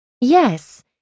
Yes